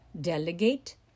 delegate